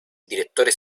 direttore